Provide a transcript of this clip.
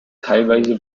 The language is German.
teilweise